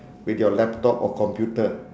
with your laptop or computer